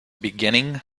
beginning